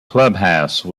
clubhouse